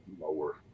lower